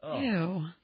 Ew